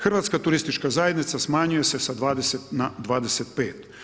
Hrvatska turistička zajednica smanjuje se sa 20 na 25.